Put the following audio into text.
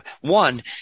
one